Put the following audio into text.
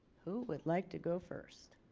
who would like to go first.